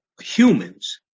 humans